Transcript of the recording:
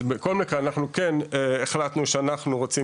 בכל מקרה אנחנו כן החלטנו שאנחנו רוצים